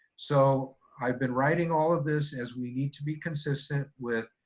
so i've been writing all of this as we need to be consistent with,